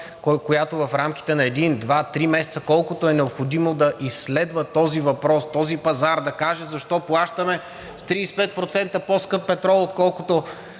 която в рамките на един, два, три месеца, колкото е необходимо, да изследва този въпрос, този пазар, да каже защо плащаме с 35% по-скъп петрол, отколкото